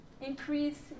increase